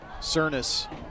Cernus